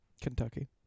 Kentucky